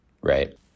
Right